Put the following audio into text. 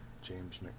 James